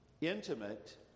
intimate